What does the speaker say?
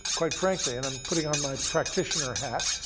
quite frankly, and i'm putting on my practitioner hat,